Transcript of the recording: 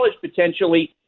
potentially